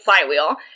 flywheel